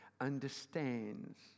understands